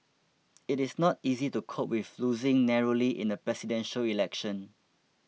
it is not easy to cope with losing narrowly in a Presidential Election